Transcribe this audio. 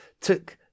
took